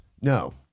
No